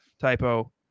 Typo